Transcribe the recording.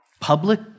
public